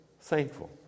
thankful